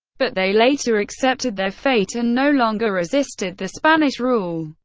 but they later accepted their fate and no longer resisted the spanish rule.